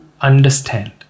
understand